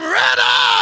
ready